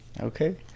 okay